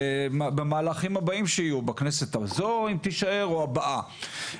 במהלכים הבאים שיהיו בכנסת הזו אם תישאר או הבאה.